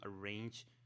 arrange